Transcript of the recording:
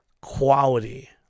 quality